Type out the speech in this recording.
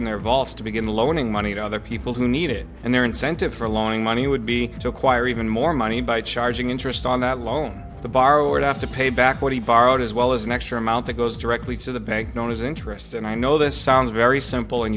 in their vaults to begin loaning money to other people who need it and their incentive for lowing money would be to acquire even more money by charging interest on that loan the borrower have to pay back what he borrowed as well as an extra amount that goes directly to the bank known as interest and i know this sounds very simple and